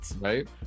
Right